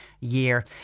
year